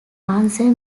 answer